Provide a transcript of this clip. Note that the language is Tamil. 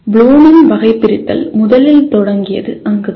ப்ளூமின் வகைபிரித்தல் முதலில் தொடங்கியது அங்குதான்